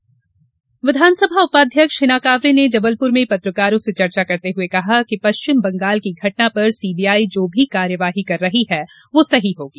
विधानसभा अध्यक्ष विधानसभा उपाध्यक्ष हिना कांवरे ने जबलपुर में पत्रकारों से चर्चा करते हुए कहा कि पश्चिम बंगाल की घटना पर सीबीआई जो भी कार्यवाही करेगी वह सही होगी